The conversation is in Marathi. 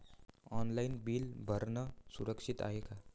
ऑनलाईन बिल भरनं सुरक्षित हाय का?